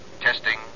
testing